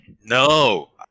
No